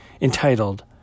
entitled